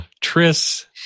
Tris